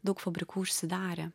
daug fabrikų užsidarė